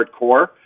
hardcore